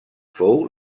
fou